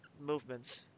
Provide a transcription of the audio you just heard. Movements